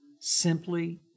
simply